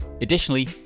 Additionally